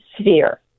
sphere